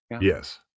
Yes